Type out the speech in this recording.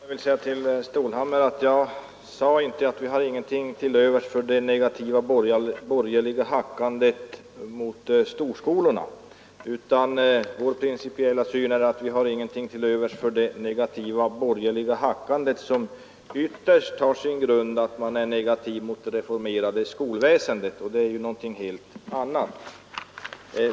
Herr talman! Jag sade inte, herr Stålhammar, att vi inte hade någonting till övers för det negativa borgerliga hackandet mot storskolorna, utan vår principiella syn är att vi inte har någonting till övers för det negativa borgerliga hackandet som ytterst har sin grund i att man är negativ mot det reformerade skolväsendet, och det är någonting helt annat.